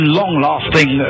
long-lasting